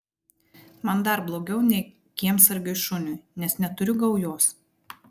man dar blogiau nei kiemsargiui šuniui nes neturiu gaujos